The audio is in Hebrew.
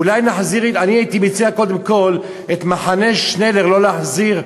אני הייתי מציע קודם כול את מחנה שנלר לא להחזיר,